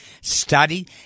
study